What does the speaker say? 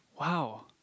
Wow